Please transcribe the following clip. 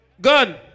Good